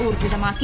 ഊർജ്ജിതമാക്കി